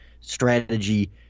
strategy